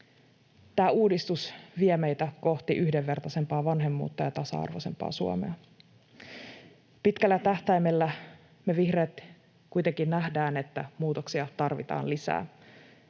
Tämä uudistus vie meitä kohti yhdenvertaisempaa vanhemmuutta ja tasa-arvoisempaa Suomea. Pitkällä tähtäimellä me vihreät kuitenkin nähdään, että muutoksia tarvitaan lisää.